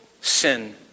sin